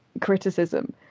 criticism